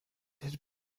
had